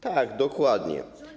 Tak, dokładnie.